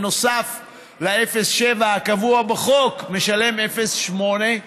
נוסף על ה-0.7 הקבוע בחוק, משלם 0.8,